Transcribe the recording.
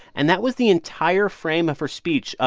and that was the entire frame of her speech. ah